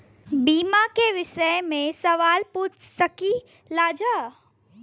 बीमा के विषय मे सवाल पूछ सकीलाजा?